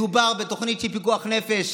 מדובר בתוכנית שהיא פיקוח נפש.